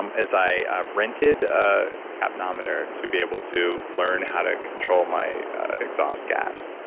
um as i rented a capnometer to be able to learn how to control my exhaust gas.